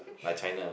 like China